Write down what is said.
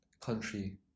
country